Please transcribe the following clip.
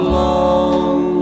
long